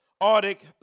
Arctic